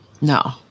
no